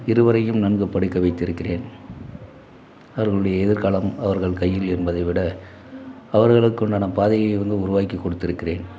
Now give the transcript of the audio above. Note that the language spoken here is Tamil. இருவரையும் நன்கு படிக்க வைத்திருக்கிறேன் அவர்களுடைய எதிர்காலம் அவர்கள் கையில் என்பதை விட அவர்களுக்குண்டான பாதையையும் வந்து உருவாக்கி கொடுத்து இருக்கிறேன்